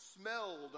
smelled